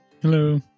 Hello